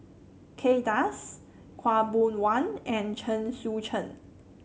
Kay Das Khaw Boon Wan and Chen Sucheng